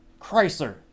Chrysler